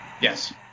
Yes